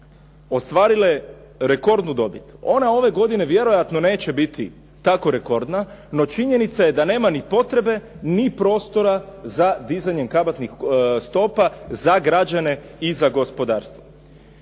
ostvarile rekordnu dobit, ona ove godine vjerojatno neće biti tako rekordna, no činjenica je da nema ni potrebe ni prostora za dizanjem kamatnih stopa za građane i za gospodarstvo.